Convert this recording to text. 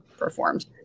Performed